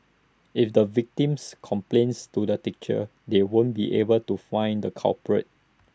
if the victims complains to the teachers they won't be able to find the culprits